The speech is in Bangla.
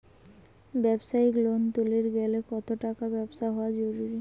ব্যবসায়িক লোন তুলির গেলে কতো টাকার ব্যবসা হওয়া জরুরি?